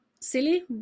silly